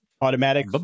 automatic